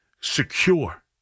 secure